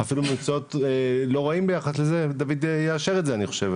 דוד יאשר את זה אני חושב,